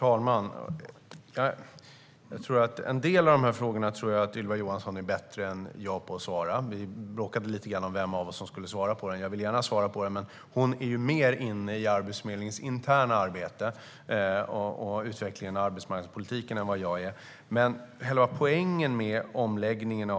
Herr talman! En del av dessa frågor tror jag att Ylva Johansson är bättre än jag på att besvara. Vi bråkade lite grann om vem av oss som skulle svara på interpellationen. Jag vill gärna svara, men hon är ju mer inne i Arbetsförmedlingens interna arbete och utvecklingen av arbetsmarknadspolitiken än vad jag är. Själva poängen med omläggningen,